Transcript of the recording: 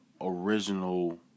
original